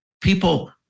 people